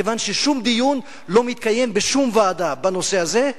מכיוון ששום דיון לא מתקיים בשום ועדה בנושא הזה.